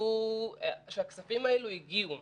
שהכספים האלה הגיעו,